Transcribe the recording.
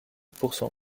pourcent